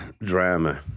drama